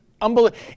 unbelievable